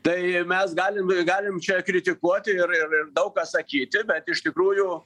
tai mes galim galim čia kritikuoti ir ir daug ką sakyti bet iš tikrųjų